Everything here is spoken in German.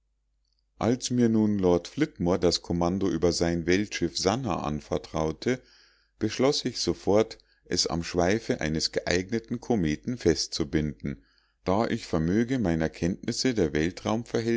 als mir nun lord flitmore das kommando über sein weltschiff sannah anvertraute beschloß ich sofort es am schweife eines geeigneten kometen festzubinden da ich vermöge meiner kenntnisse der